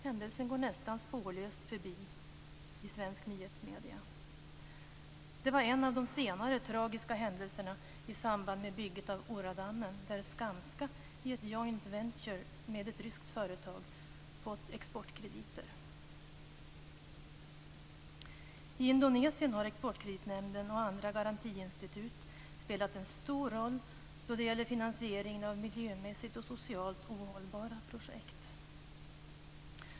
Händelsen går nästan spårlöst förbi i svenska nyhetsmedier. Det var en av de senare tragiska händelserna i samband med bygget av Urradammen, där Skanska i ett joint venture med ett ryskt företag fått exportkrediter. I Indonesien har Exportkreditnämnden och andra garantiinstitut spelat en stor roll då det gäller finansieringen av miljömässigt och socialt ohållbara projekt.